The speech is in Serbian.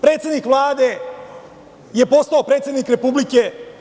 Predsednik Vlade je postao predsednik Republike.